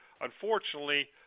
Unfortunately